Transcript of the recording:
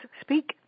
speak